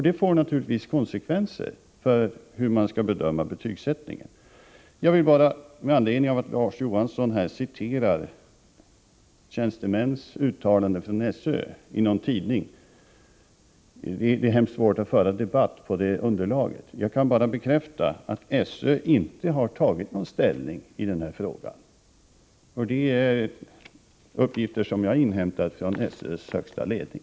Det får naturligtvis konsekvenser för hur man skall bedöma betygsättningen. Larz Johansson citerade tjänstemäns inom SÖ uttalanden i någon tidning. Det är dock hemskt svårt att föra en debatt på det underlaget. Jag kan bara bekräfta att SÖ inte har tagit ställning i denna fråga. Det är uppgifter som jag har inhämtat från SÖ:s högsta ledning.